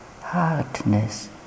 hardness